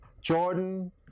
Jordan